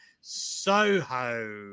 Soho